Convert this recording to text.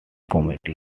comedy